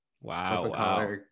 wow